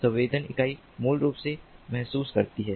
संवेदन इकाई मूल रूप से महसूस करती है